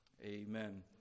Amen